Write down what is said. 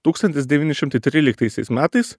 tūkstantis devyni šimtai tryliktaisiais metais